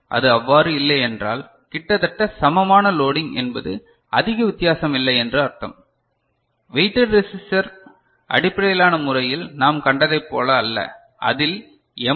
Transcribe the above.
அது அவ்வாறு இல்லையென்றால் கிட்டத்தட்ட சமமான லோடிங் என்பது அதிக வித்தியாசம் இல்லை என்று அர்த்தம் வெயிட்டட் ரெசிஸ்டர் அடிப்படையிலான முறையில் நாம் கண்டதைப் போல அல்ல அதில் எம்